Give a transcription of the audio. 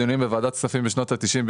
בדיונים בוועדת הכספים בשנות ה-90,